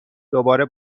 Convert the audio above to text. دوباره